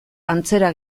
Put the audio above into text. antzera